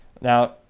Now